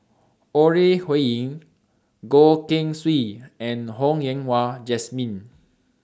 Ore Huiying Goh Keng Swee and Ho Yen Wah Jesmine